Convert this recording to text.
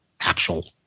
actual